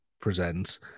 presents